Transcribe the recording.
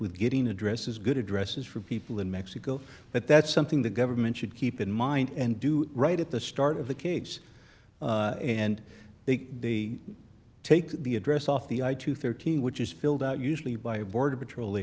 with getting addresses good addresses for people in mexico but that's something the government should keep in mind and do right at the start of the case and big they take the address off the eye to thirteen which is filled out usually by a border patrol